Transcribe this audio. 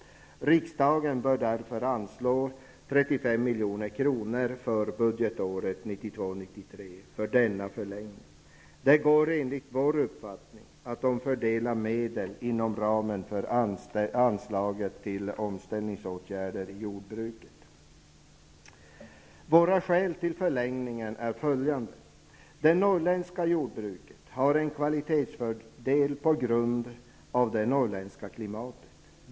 Riksdagen bör därför för denna förlängning anslå 35 milj.kr. för budgetåret 1992/93. Det går enligt vår uppfattning att omfördela medel inom ramen för anslaget till omställningsåtgärder i jordbruket. Våra skäl till förlängningen är följande. Det norrländska jordbruket har tack vare det norrländska klimatet en kvalitetsfördel.